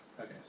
Okay